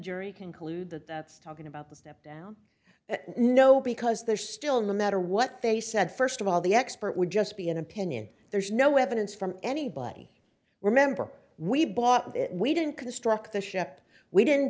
jury conclude that that's talking about the step down no because there's still no matter what they said first of all the expert would just be an opinion there's no evidence from anybody remember we bought it we didn't construct the ship we didn't